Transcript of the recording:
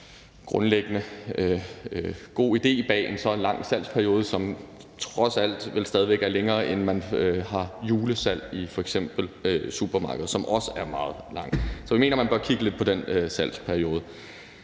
grundlæggende god idé bag så lang en salgsperiode, som vel trods alt stadig er længere, end man har for julesalg i f.eks. supermarkeder, som også er meget lang. Så vi mener, at man bør kigge lidt på den salgsperiode.